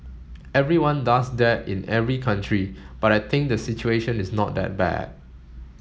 everyone does that in every country but I think the situation is not that bad